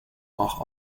auch